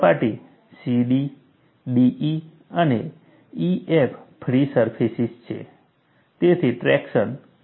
સપાટી CD DE અને EF free surfaces છે તેથી ટ્રેક્શન 0 છે